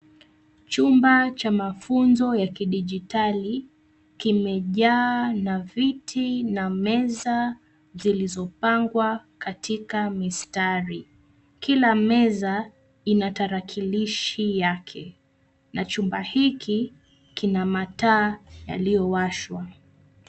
Chumba cha mafunzo ya kidijitali kimejaa na viti na meza zilizopangwa katika mistari. Kila meza ina tarakilishi yake na chumba hiki kina mataa yaliyowashwa.